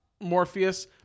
morpheus